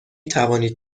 توانید